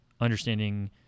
understanding